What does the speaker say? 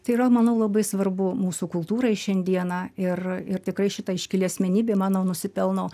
tai yra manau labai svarbu mūsų kultūrai šiandieną ir ir tikrai šita iškili asmenybė manau nusipelno